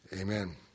Amen